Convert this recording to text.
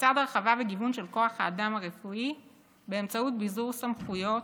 לצד הרחבה וגיוון של כוח האדם הרפואי באמצעות ביזור סמכויות,